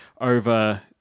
over